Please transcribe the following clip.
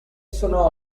sono